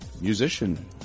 musician